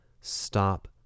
Stop